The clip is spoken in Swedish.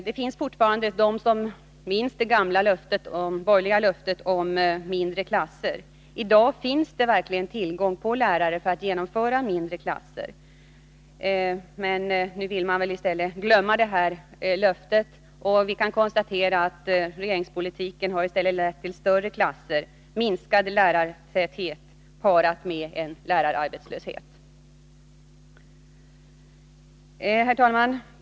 Det finns fortfarande dem som minns det gamla borgerliga löftet om mindre klasser. I dag finns det verkligen tillgång på lärare för att införa mindre klasser, men nu vill man väl glömma detta löfte. Vi kan konstatera att regeringens politik har lett till större klasser samt minskad lärartäthet, parad med lärararbetslöshet. Herr talman!